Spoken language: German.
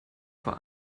vor